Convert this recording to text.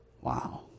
wow